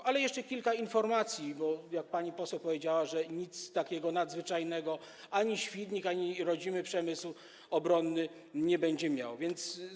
Ale podam jeszcze kilka informacji, bo pani poseł powiedziała, że nic takiego nadzwyczajnego ani Świdnik, ani rodzimy przemysł obronny nie będzie z tego miał.